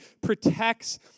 protects